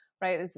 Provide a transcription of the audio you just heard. right